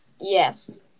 Yes